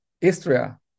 Istria